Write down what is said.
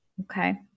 Okay